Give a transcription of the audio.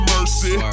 Mercy